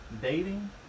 dating